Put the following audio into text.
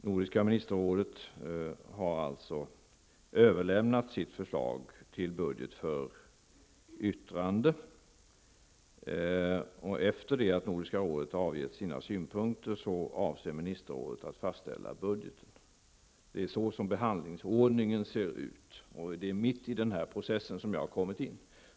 Nordiska ministerrådet har alltså överlämnat sitt förslag till budget för yttrande, och efter det att Nordiska rådet har avgett sina synpunkter avser ministerrådet att fastställa budgeten. Det är så behandlingsordningen ser ut, och jag har kommit in mitt i den processen.